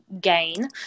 gain